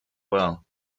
well